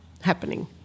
happening